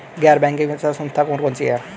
गैर बैंकिंग वित्तीय संस्था कौन कौन सी हैं?